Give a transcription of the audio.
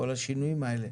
כל השינויים האלה?